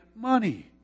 money